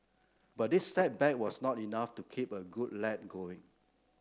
but this setback was not enough to keep a good lad going